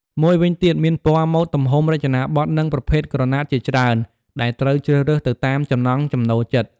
មួយវិញទៀតមានពណ៌ ម៉ូត ទំហំ រចនាបថ និងប្រភេទក្រណាត់ជាច្រើនដែលត្រូវជ្រើសរើសទៅតាមចំណង់ចំណូលចិត្ត។